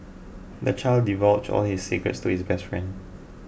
the child divulged all his secrets to his best friend